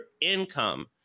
income